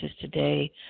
today